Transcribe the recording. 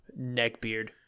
neckbeard